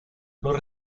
los